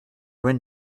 when